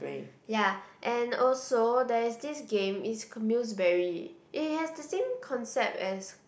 ya and also there is this game is muse berry it has the same concept as